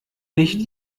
nicht